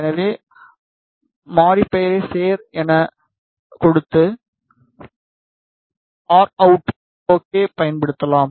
எனவே மாறி பெயரைச் சேர் எனக் கொடுத்து ஆர் அவுட் ஓகே பயன்படுத்தலாம்